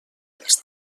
els